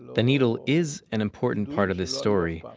the needle is an important part of this story,